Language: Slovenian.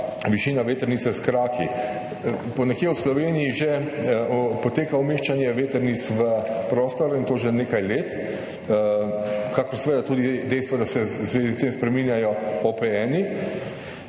višina vetrnice s kraki. Ponekod v Sloveniji že poteka umeščanje vetrnic v prostor, in to že nekaj let, kakor seveda tudi dejstvo, da se v zvezi s tem spreminjajo OPN-ji,